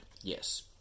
Yes